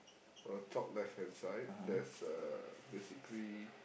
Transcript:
for the top left-hand side there's a basically